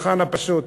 הצרכן הפשוט,